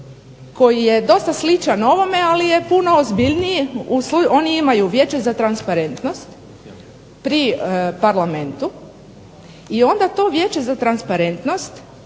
koji je dosta sličan ovome ali je puno ozbiljniji. Oni imaju Vijeće za transparentnost pri parlamentu i onda to Vijeće za transparentnost